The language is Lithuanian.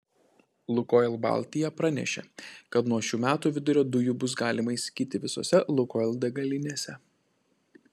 lukoil baltija pranešė kad nuo šių metų vidurio dujų bus galima įsigyti visose lukoil degalinėse